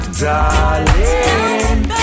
darling